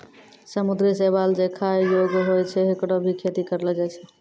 समुद्री शैवाल जे खाय योग्य होय छै, होकरो भी खेती करलो जाय छै